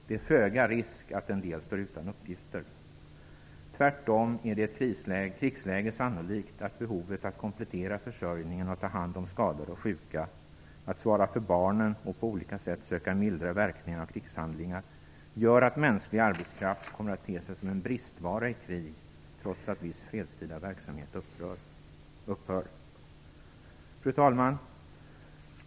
Det är föga risk att en del står utan uppgifter. Tvärtom är det i ett krigsläge sannolikt att behovet att komplettera försörjningen och att ta hand om skadade och sjuka, att svara för barnen och på olika sätt söka mildra verkningarna av krigshandlingar gör att mänsklig arbetskraft kommer att te sig som en bristvara i krig, trots att viss fredstida verksamhet upphör. Fru talman!